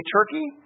Turkey